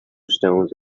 stones